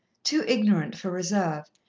too ignorant for reserve,